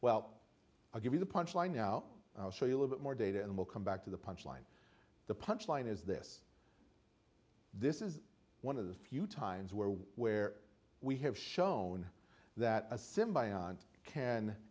well i'll give you the punchline now and i'll show you a little bit more data and we'll come back to the punchline the punchline is this this is one of the few times where we where we have shown that a symbiotic can